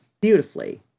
beautifully